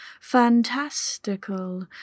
fantastical